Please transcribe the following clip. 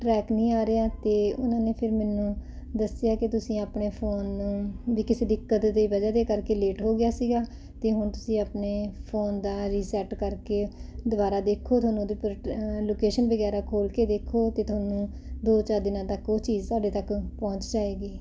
track ਨਹੀਂ ਆ ਰਿਹਾ ਅਤੇ ਉਹਨਾਂ ਨੇ ਫਿਰ ਮੈਨੂੰ ਦੱਸਿਆ ਕਿ ਤੁਸੀਂ ਆਪਣੇ ਫੋਨ ਨੂੰ ਵੀ ਕਿਸੇ ਦਿੱਕਤ ਦੀ ਵਜ੍ਹਾ ਦੇ ਕਰਕੇ ਲੇਟ ਹੋ ਗਿਆ ਸੀਗਾ ਅਤੇ ਹੁਣ ਤੁਸੀਂ ਆਪਣੇ ਫੋਨ ਦਾ ਰਿਸੈਟ ਕਰਕੇ ਦੁਬਾਰਾ ਦੇਖੋ ਤੁਹਾਨੂੰ ਉਹਦੀ ਲੋਕੇਸ਼ਨ ਵਗੈਰਾ ਖੋਲ੍ਹ ਕੇ ਦੇਖੋ ਅਤੇ ਤੁਹਾਨੂੰ ਦੋ ਚਾਰ ਦਿਨਾਂ ਤੱਕ ਉਹ ਚੀਜ਼ ਤੁਹਾਡੇ ਤੱਕ ਪਹੁੰਚ ਜਾਏਗੀ